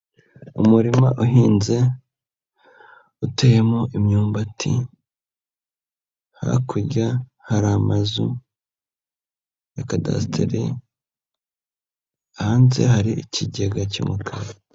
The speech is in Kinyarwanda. Umurima uhinze, uteyemo imyumbati, hakurya hari amazu ya kadasiteri. Hanze hari ikigega cy'umukara.